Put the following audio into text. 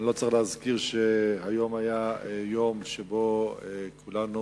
אני לא צריך להזכיר שהיום היה יום שבו כולנו